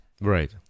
Right